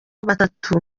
batatu